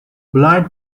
blind